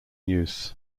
use